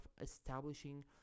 establishing